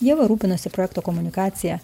ieva rūpinasi projekto komunikacija